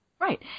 Right